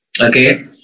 Okay